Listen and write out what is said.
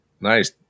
Nice